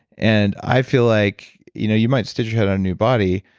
and i feel like you know you might stitch your head on a new body,